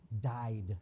died